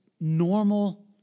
normal